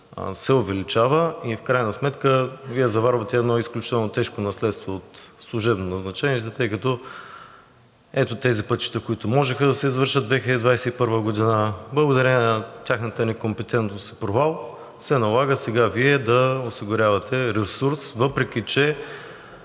се увеличава и в крайна сметка Вие заварвате едно изключително тежко наследство от служебно назначените, тъй като ето тези пътища, които можеха да се извършат 2021 г., благодарение на тяхната некомпетентност и провал се налага Вие да осигурявате ресурс, въпреки че